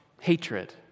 hatred